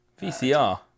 vcr